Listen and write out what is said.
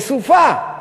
לסופה,